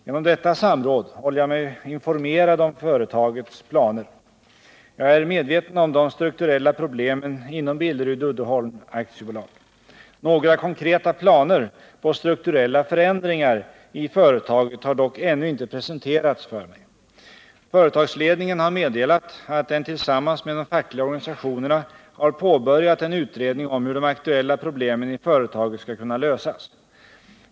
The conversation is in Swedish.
Genom detta samråd håller jag mig informerad om företagets planer. Jag är medveten om de strukturella problemen inom Billerud-Uddeholm AB. Några konkreta planer på strukturella förändringar i företaget har dock ännu inte presenterats för mig. Företagsledningen har meddelat att den tillsammans med de fackliga organisationerna har påbörjat en utredning om hur de aktuella problemen i företaget skall kunna lösas.